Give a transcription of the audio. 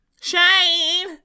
Shane